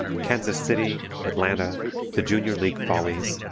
kansas city, atlanta the junior league follies,